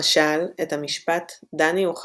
למשל, את המשפט "דני הוא חכם",